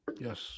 Yes